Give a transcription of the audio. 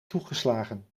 toegeslagen